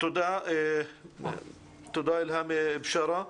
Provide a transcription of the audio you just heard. תודה אילהאם בשארה.